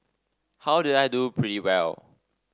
how did I do pretty well